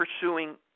pursuing